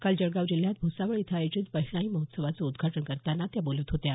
काल जळगाव जिल्ह्यात भुसावळ इथं आयोजित बहिणाई महोत्सवाचं उद्घाटन करताना त्या बोलत होत्या